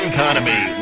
Economy